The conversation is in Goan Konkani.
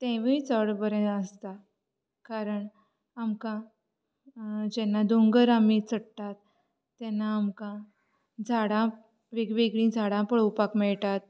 तेंवूय चड बरें आसता कारण आमकां जेन्ना दोंगर आमी चडटात तेन्ना आमकां झाडां वेगवेगळी झाडां पळोवपाक मेळटात